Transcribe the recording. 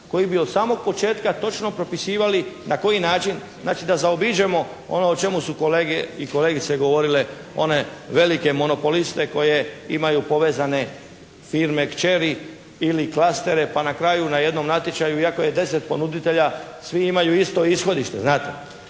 koji bi od samog početka točno propisivali na koji način znači da zaobiđemo ono čemu su kolege i kolegice govorile one velike monopoliste koje imaju povezane firme kćeri ili klastere pa na kraju na jednom natječaju i ako je 10 ponuditelja svi imaju isto ishodište, znate.